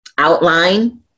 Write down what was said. Outline